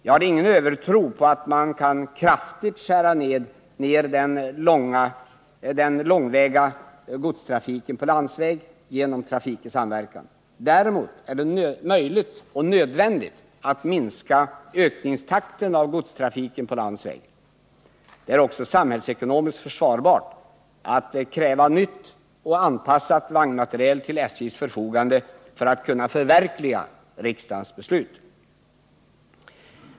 Jag har ingen övertro på att man kan kraftigt skära ner den långväga godstrafiken på landsväg genom trafik i samverkan. Däremot är det möjligt och nödvändigt att minska ökningstakten för godstrafiken på landsväg. Det är också samhällsekonomiskt försvarbart att ställa ny och anpassad vagnmateriel till SJ:s förfogande för att kunna förverkliga riksdagens beslut.